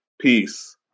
peace